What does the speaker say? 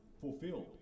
fulfilled